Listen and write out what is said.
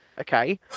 Okay